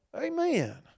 Amen